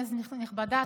כנסת נכבדה,